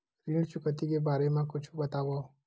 ऋण चुकौती के बारे मा कुछु बतावव?